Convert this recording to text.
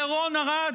לרון ארד?